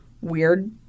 weird